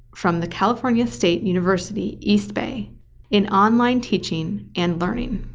from the california state university, east bay in online teaching and learning.